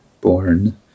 Born